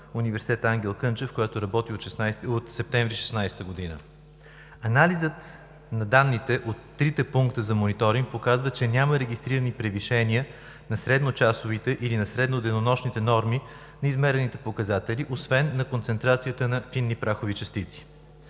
Университета „Ангел Кънчев“, която работи от септември 2016 г. Анализът на данните от трите пункта за мониторинг показва, че няма регистрирани превишения на средночасовите или на средноденонощните норми на измерените показатели, освен на концентрацията на фини прахови частици.